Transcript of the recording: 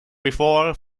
before